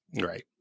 Right